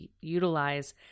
utilize